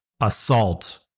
assault